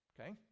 Okay